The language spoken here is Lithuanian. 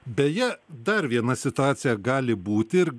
beje dar viena situacija gali būti ir